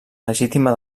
legítima